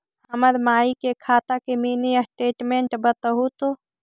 हमर माई के खाता के मीनी स्टेटमेंट बतहु तो?